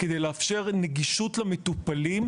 כדי לאפשר נגישות למטופלים,